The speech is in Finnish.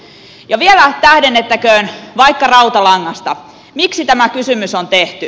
vielä tähdennettäköön vaikka rautalangasta miksi tämä kysymys on tehty